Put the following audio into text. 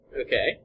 Okay